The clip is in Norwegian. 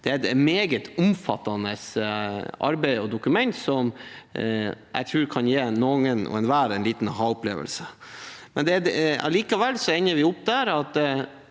Det er et meget omfattende arbeid og dokument jeg tror kan gi noen og enhver en liten aha-opplevelse. Likevel ender vi opp der